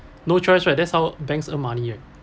no choice right that's how banks earn money right